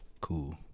cool